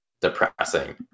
depressing